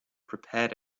prepared